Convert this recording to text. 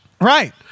right